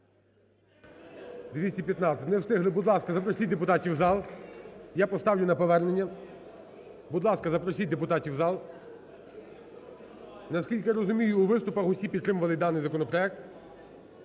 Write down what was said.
За-215 Не встигли. Будь ласка, запросіть депутатів в зал. Я поставлю на повернення. Будь ласка, запросіть депутатів в зал. Наскільки я розумію, у виступах усі підтримували даний законопроект.